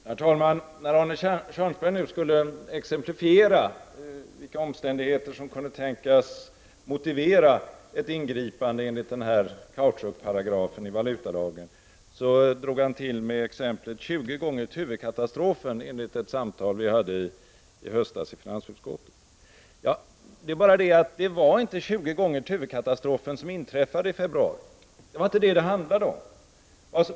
Herr talman! När Arne Kjörnsberg nu skulle exemplifiera vilka omständigheter som kunde tänkas motivera ett ingripande enligt kautschukparagrafen i valutalagen drog han till med exemplet 20 gånger Tuvekatastrofen, enligt ett samtal som vi hade i finansutskottet i höstas. Det är bara det att det inte var 20 gånger Tuvekatastrofen som inträffade i februari.